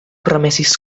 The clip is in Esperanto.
promesis